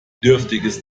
dürftiges